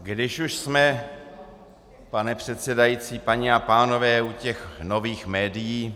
Když už jsme, pane předsedající, paní a pánové, u těch nových médií.